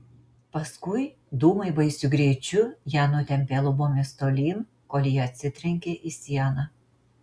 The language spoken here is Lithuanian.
paskui dūmai baisiu greičiu ją nutempė lubomis tolyn kol ji atsitrenkė į sieną